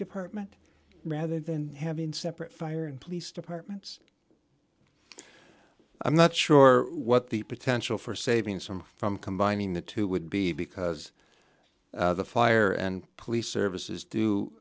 department rather than having separate fire and police departments i'm not sure what the potential for saving some from combining the two would be because the fire and police services do